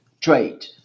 trade